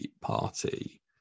party